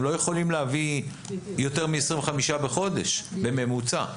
הם לא יכולים להביא יותר מ-25 בחודש בממוצע.